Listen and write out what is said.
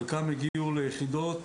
חלקם הגיעו ליחידות